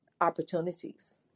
Opportunities